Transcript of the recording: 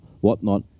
whatnot